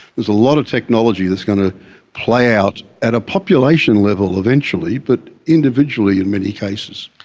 there's a lot of technology that's going to play out at a population level eventually, but individually in many cases.